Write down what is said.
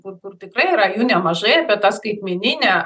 kur kur tikrai yra jų nemažai apie tą skaitmeninę